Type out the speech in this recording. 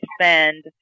spend